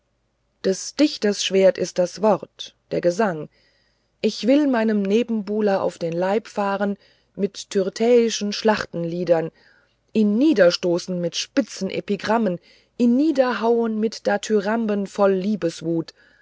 des dichters schwert ist das wort der gesang ich will meinem nebenbuhler auf den leib fahren mit tyrtäischen schlachtliedern ihn niederstoßen mit spitzen epigrammen ihn niederhauen mit dithyramben voll liebeswut